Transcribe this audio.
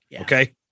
Okay